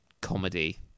comedy